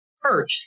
Hurt